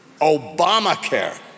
Obamacare